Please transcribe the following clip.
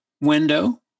window